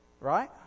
right